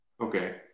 Okay